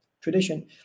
tradition